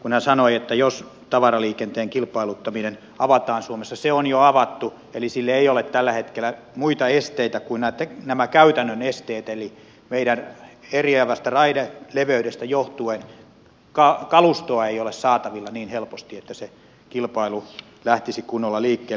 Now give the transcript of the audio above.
kun hän sanoi että jos tavaraliikenteen kilpailuttaminen avataan suomessa se on jo avattu eli sille ei ole tällä hetkellä muita esteitä kuin nämä käytännön esteet eli meidän eriävästä raideleveydestä johtuen kalustoa ei ole saatavilla niin helposti että se kilpailu lähtisi kunnolla liikkeelle